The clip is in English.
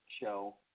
show